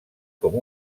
com